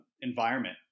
environment